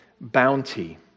bounty